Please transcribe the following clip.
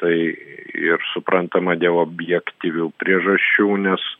tai ir suprantama dėl objektyvių priežasčių nes